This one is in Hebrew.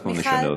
אנחנו נשנה אותו.